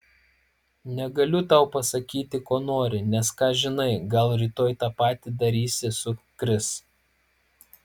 negaliu tau pasakyti ko nori nes ką žinai gal rytoj tą patį darysi su kris